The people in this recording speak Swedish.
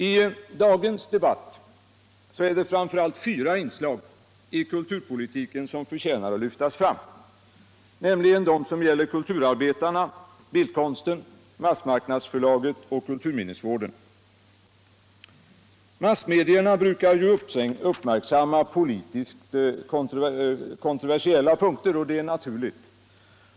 I dagens debatt är det framför allt fyra inslag i kulturpolitiken som förtjänar att lyftas fram, nämligen de som gäller kulturarbetarna, bildkonsten, massmarknadsförlaget och kulturminnesvården. Massmedierna brukar ju uppmärksamma politiskt kontroversiella punkter. och det är naturligt.